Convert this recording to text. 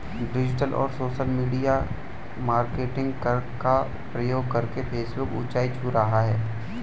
digital और social media marketing का प्रयोग करके फेसबुक ऊंचाई छू रहा है